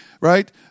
right